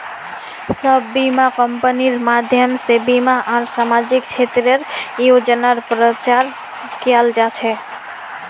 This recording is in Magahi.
सब बीमा कम्पनिर माध्यम से बीमा आर सामाजिक क्षेत्रेर योजनार प्रचार कियाल जा छे